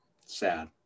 Sad